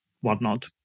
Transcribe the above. whatnot